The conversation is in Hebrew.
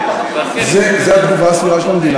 זו התגובה הסבירה של המדינה,